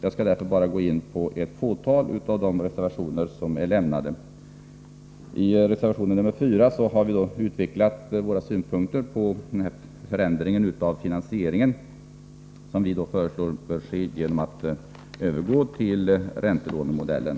Jag skall därför bara gå in på ett fåtal av de reservationer som är avlämnade. I reservation nr 4 har vi utvecklat våra synpunkter på förändringen av finansieringssystemet. Vi föreslår att den bör ske genom en övergång till räntelånemodellen.